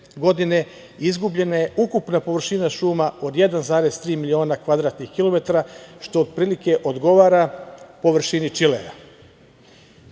godine, izgubljena je ukupna površina šuma od 1,3 miliona kvadratnih kilometara, što otprilike odgovara površini Čilea. Podaci